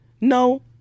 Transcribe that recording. No